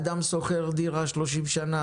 אדם שוכר דירה במשך 30 שנים,